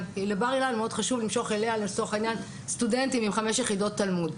כי חשוב להם למשוך סטודנטים שמחזיקים בחמש יחידות תלמוד.